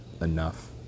enough